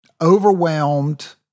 overwhelmed